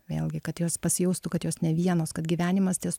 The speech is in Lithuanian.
vėlgi kad jos pasijaustų kad jos ne vienos kad gyvenimas ties